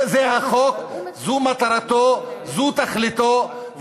זה החוק, זו מטרתו, זו תכליתו.